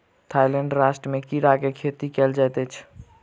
Thailand राष्ट्र में कीड़ा के खेती कयल जाइत अछि